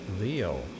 Leo